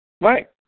Right